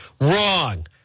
Wrong